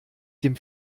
dem